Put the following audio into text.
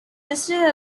listed